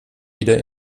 wieder